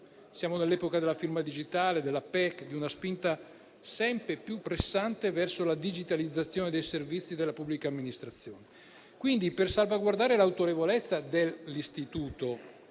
Siamo nell'epoca della firma digitale, della PEC e di una spinta sempre più pressante verso la digitalizzazione dei servizi della pubblica amministrazione. Quindi, per salvaguardare l'autorevolezza dell'istituto